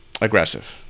aggressive